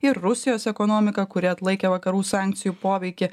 ir rusijos ekonomika kuri atlaikė vakarų sankcijų poveikį